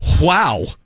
wow